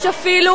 יש אפילו,